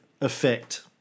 effect